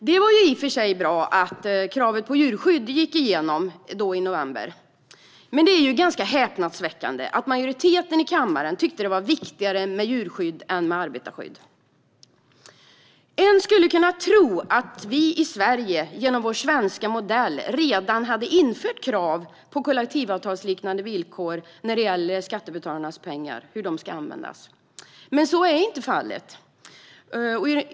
Det var i och för sig bra att kravet på djurskydd gick igenom i november, men det är häpnadsväckande att majoriteten i kammaren tyckte att det var viktigare med djurskydd än med arbetarskydd. En skulle kunna tro att vi i Sverige genom vår svenska modell redan hade infört krav på kollektivavtalsliknande villkor när det gäller hur skattebetalarnas pengar ska användas, men så är inte fallet.